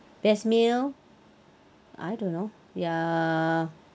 best meal I don't know ya